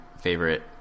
favorite